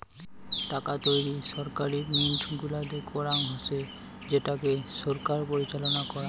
টাকা তৈরী ছরকারি মিন্ট গুলাতে করাঙ হসে যেটাকে ছরকার পরিচালনা করাং